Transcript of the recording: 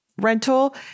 rental